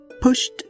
pushed